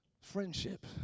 friendship